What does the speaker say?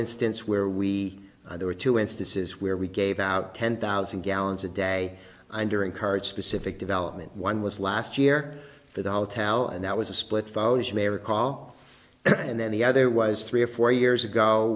instance where we there were two instances where we gave out ten thousand gallons a day under encourage specific development one was last year for the hotel and that was a split phone as you may recall and then the other was three or four years ago